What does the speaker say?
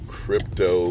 crypto